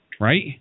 Right